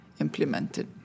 implemented